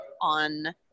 on